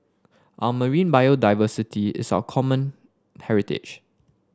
our marine biodiversity is our common heritage